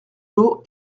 l’eau